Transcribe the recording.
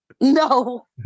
No